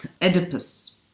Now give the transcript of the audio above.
Oedipus